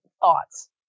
thoughts